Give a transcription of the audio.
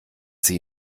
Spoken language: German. sie